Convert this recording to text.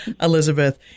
Elizabeth